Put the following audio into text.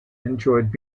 enjoyed